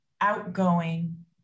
Outgoing